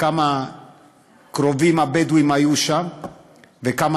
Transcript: כמה קרובים הבדואים היו שם וכמה